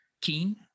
Keen